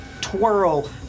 twirl